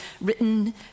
written